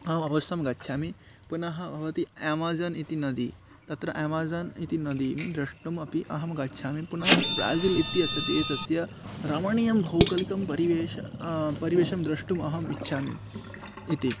आम् अवश्यं गच्छामि पुनः भवति आमाज़ान् इति नदी तत्र आमाज़ान् इति नदीं द्रष्टुम् अपि अहं गच्छामि पुनः ब्राज़िल् इत्यस्य देशस्य रमणीयं भौगोलिकं परिवेशं परिवेशं द्रष्टुम् अहम् इच्छामि इति